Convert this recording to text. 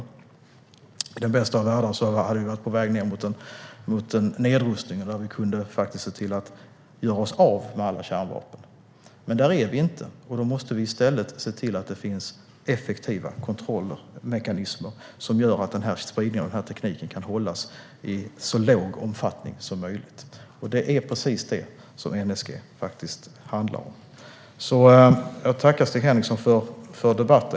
I den bästa av världar hade vi varit på väg mot en nedrustning, där vi kunde se till att göra oss av med alla kärnvapen. Där är vi dock inte, och då måste vi i stället se till att det finns effektiva kontrollmekanismer som gör att spridningen av denna teknik kan hållas så liten som möjligt. Det är precis detta som NSG handlar om. Jag tackar Stig Henriksson för debatten.